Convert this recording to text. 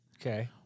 Okay